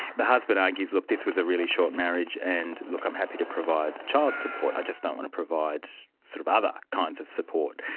the husband argues, look, this was a really short marriage and, look, i'm happy to provide child support, i just don't want to provide sort of other kinds of support.